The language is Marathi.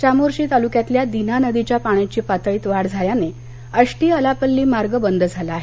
चामोर्शी तालुक्यातल्या दिना नदीच्या पाण्याच्या पातळीत वाढ झाल्याने आष्टी आलापल्ली मार्ग बंद झाला आहे